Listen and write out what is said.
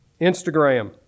Instagram